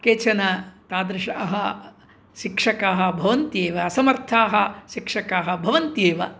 केचन तादृशाः शिक्षकाः भवन्ति एव असमर्थाः शिक्षकाः भवन्ति एव